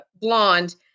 Blonde